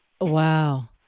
Wow